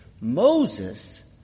Moses